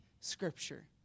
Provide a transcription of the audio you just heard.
Scripture